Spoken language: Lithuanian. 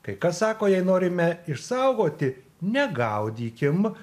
kai kas sako jei norime išsaugoti ne gaudykim